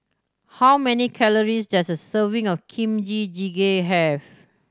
how many calories does a serving of Kimchi Jjigae have